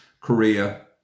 Korea